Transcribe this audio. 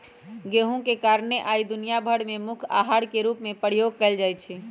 गेहूम के कारणे आइ दुनिया भर में मुख्य अहार के रूप में प्रयोग कएल जाइ छइ